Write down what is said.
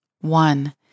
One